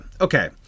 okay